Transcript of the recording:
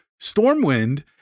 Stormwind